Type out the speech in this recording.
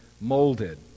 molded